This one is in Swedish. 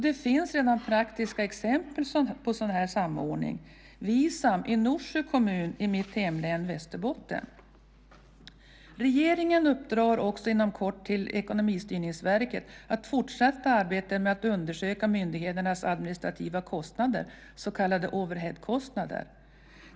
Det finns redan praktiska exempel på sådan samordning, Visam i Norsjö kommun i mitt hemlän Västerbotten. Regeringen uppdrar också inom kort åt Ekonomistyrningsverket att fortsätta arbetet med att undersöka myndigheternas administrativa kostnader, så kallade overheadkostnader.